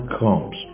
comes